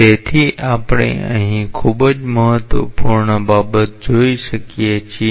તેથી આપણે અહીં ખૂબ જ મહત્વપૂર્ણ બાબત જોઈ શકીએ છીએ